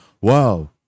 Wow